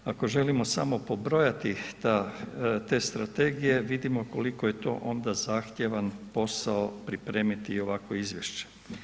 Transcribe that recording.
Ako želimo samo pobrojati te strategije, vidimo koliko je to onda zahtjevan posao pripremiti ovakvo izvješće.